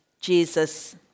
Jesus